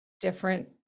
different